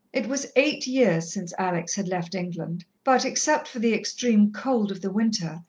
it was eight years since alex had left england, but, except for the extreme cold of the winter,